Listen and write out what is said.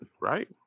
right